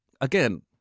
again